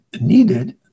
needed